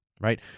right